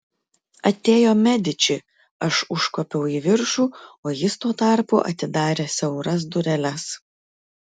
atėjo mediči aš užkopiau į viršų o jis tuo tarpu atidarė siauras dureles